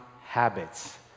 habits